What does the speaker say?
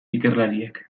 ikerlariek